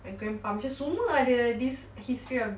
my grandpa macam semua ada this history of